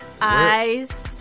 eyes